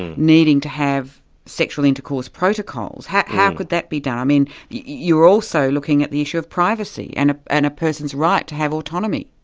and needing to have sexual intercourse protocols. how how could that be done? i mean you're also looking at the issue of privacy and ah and a person's right to have autonomy,